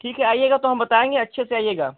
ठीक है आइएगा तो हम बतायेंगे अच्छे से आइएगा